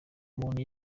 umuntu